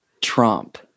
Trump